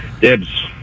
Dibs